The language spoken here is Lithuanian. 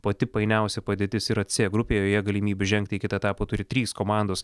pati painiausia padėtis yra c grupėje joje galimybių žengti į kitą etapą turi trys komandos